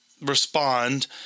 respond